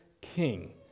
king